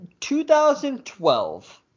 2012